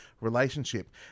relationship